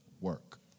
work